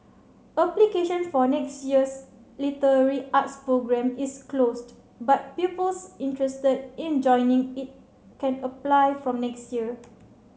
application for next year's literary arts programme is closed but pupils interested in joining it can apply from next year